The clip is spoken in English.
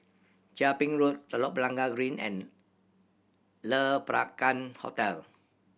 Chia Ping Road Telok Blangah Green and Le Peranakan Hotel